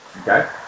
Okay